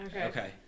Okay